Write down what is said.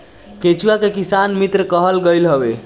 केचुआ के किसान मित्र कहल गईल हवे